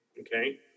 Okay